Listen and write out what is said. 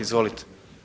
Izvolite.